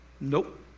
Nope